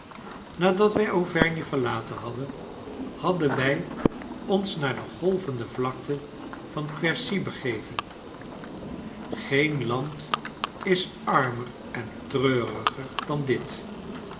nadat wij auvergne verlaten hadden hadden wij ons naar de golvende vlakte van quercy begeven geen land is armer en treuriger dan dit